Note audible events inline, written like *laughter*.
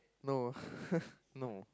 no *laughs* no